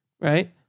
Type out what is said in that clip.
right